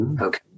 Okay